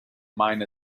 mine